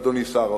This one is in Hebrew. אדוני שר האוצר: